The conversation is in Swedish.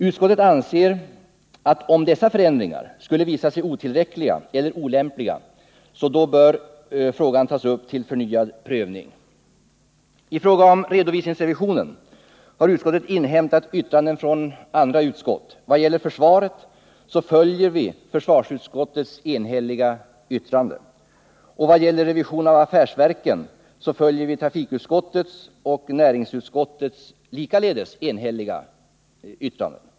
Utskottet anser att om dessa förändringar skulle visa sig otillräckliga eller olämpliga, bör frågan tas upp till förnyad prövning. I fråga om redovisningsrevisionen har finansutskottet inhämtat yttranden från andra utskott. Vad gäller försvaret följer vi försvarsutskottets enhälliga yttrande, och vad gäller revision av affärsverken följer vi trafikutskottets och näringsutskottets likaledes enhälliga yttranden.